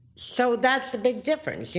so that's the big difference,